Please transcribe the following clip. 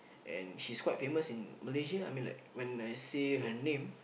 and she's quite famous in Malaysia I mean like when I say her name